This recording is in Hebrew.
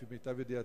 לפי מיטב ידיעתי,